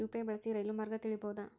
UPI ಬಳಸಿ ರೈಲು ಮಾರ್ಗ ತಿಳೇಬೋದ?